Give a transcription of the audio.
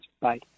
Bye